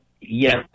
yes